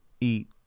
eat